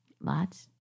Lots